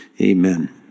Amen